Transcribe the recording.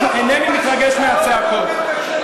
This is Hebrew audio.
אינני מתרגש מהצעקות.